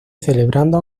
celebrando